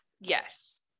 Yes